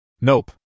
Nope